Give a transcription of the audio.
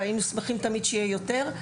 היינו שמחים תמיד שיהיה יותר.